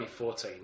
2014